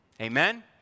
amen